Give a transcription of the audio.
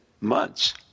months